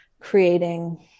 creating